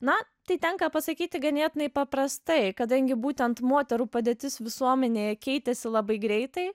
na tai tenka pasakyti ganėtinai paprastai kadangi būtent moterų padėtis visuomenėje keitėsi labai greitai